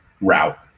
route